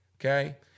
okay